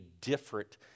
different